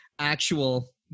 actual